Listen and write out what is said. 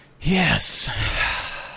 yes